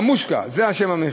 זה השם.